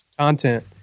content